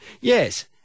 Yes